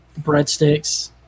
Breadsticks